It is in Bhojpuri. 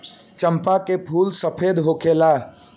चंपा के फूल सफेद होखेला